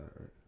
right